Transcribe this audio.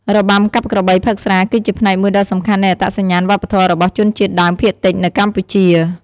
របាំកាប់ក្របីផឹកស្រា គឺជាផ្នែកមួយដ៏សំខាន់នៃអត្តសញ្ញាណវប្បធម៌របស់ជនជាតិដើមភាគតិចនៅកម្ពុជា។